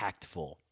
impactful